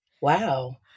Wow